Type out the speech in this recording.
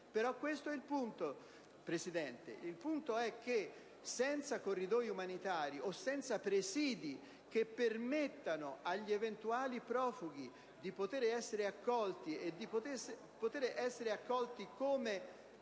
Questo è il punto, Presidente: senza corridoi umanitari o senza presidi che permettano agli eventuali profughi di poter essere accolti e